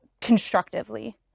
constructively